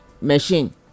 machine